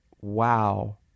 Wow